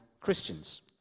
Christians